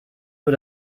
nur